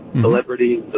celebrities